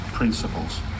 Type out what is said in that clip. Principles